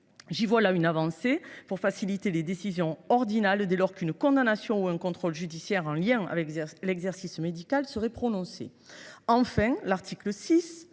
J’y vois une avancée qui éclairera les décisions ordinales dès lors qu’une condamnation ou un contrôle judiciaire en lien avec l’exercice médical aura été prononcé. Enfin, l’article 6